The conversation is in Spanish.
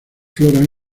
flora